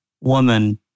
woman